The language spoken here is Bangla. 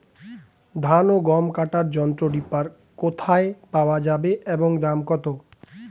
ধান ও গম কাটার যন্ত্র রিপার কোথায় পাওয়া যাবে এবং দাম কত?